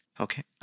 Okay